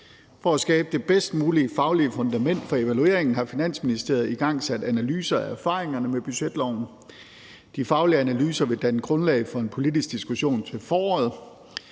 for at skabe det bedst mulige faglige fundament for evalueringen har Finansministeriet igangsat analyser af erfaringerne med budgetloven. De faglige analyser vil danne grundlag for en politisk diskussion til foråret,